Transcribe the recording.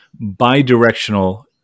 bi-directional